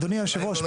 אדוני יושב הראש,